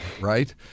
right